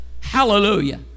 Hallelujah